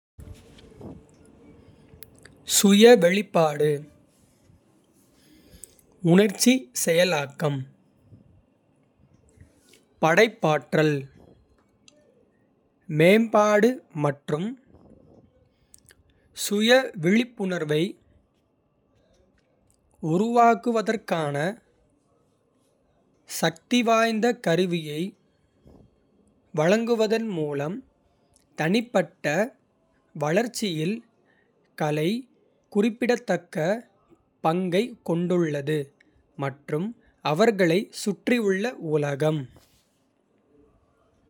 சுய வெளிப்பாடு, உணர்ச்சி செயலாக்கம், படைப்பாற்றல் மேம்பாடு மற்றும் சுய விழிப்புணர்வை உருவாக்குவதற்கான. சக்திவாய்ந்த கருவியை வழங்குவதன் மூலம் தனிப்பட்ட வளர்ச்சியில் கலை குறிப்பிடத்தக்க பங்கைக் கொண்டுள்ளது மற்றும் அவர்களைச் சுற்றியுள்ள உலகம்.